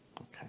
Okay